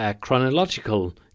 chronological